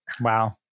Wow